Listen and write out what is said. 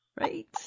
Right